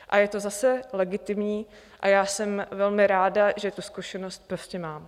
A je to zase legitimní a já jsem velmi ráda, že tu zkušenost mám.